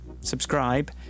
subscribe